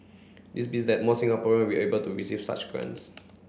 this be that more Singaporean will be able to receive such grants